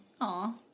Aw